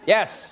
Yes